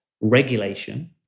regulation